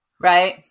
Right